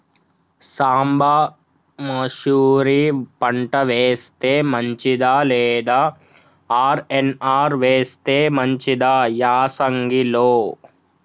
సాంబ మషూరి పంట వేస్తే మంచిదా లేదా ఆర్.ఎన్.ఆర్ వేస్తే మంచిదా యాసంగి లో?